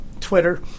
Twitter